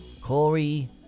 Corey